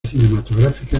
cinematográfica